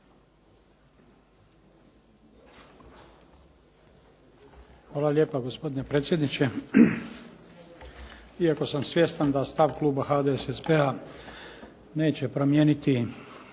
Hvala lijepa gospodine predsjedniče. Iako sam svjestan da stav kluba HDSSB-a neće promijeniti